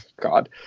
God